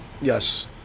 Yes